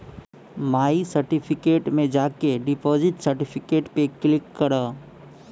माय certificate में जाके deposit certificate पे क्लिक करा